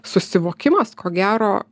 susivokimas ko gero